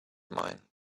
mine